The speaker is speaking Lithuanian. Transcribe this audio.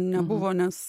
nebuvo nes